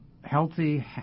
healthy